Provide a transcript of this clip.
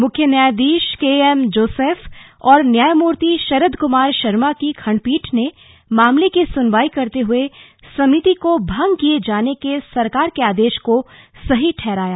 मुख्य न्यायाधीश K M Joseph और न्यायमूर्ति शरद कुमार शर्मा की खंडपीठ ने मामले की सुनवाई करते हुए समिति को भंग किये जाने के सरकार के आदेश को सही ठहराया